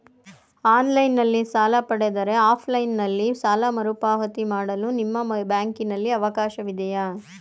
Online ನಲ್ಲಿ ಸಾಲ ಪಡೆದರೆ ಆಫ್ಲೈನ್ ನಲ್ಲಿ ಸಾಲ ಮರುಪಾವತಿ ಮಾಡಲು ನಿಮ್ಮ ಬ್ಯಾಂಕಿನಲ್ಲಿ ಅವಕಾಶವಿದೆಯಾ?